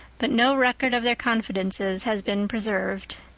but no record of their confidences has been preserved.